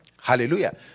Hallelujah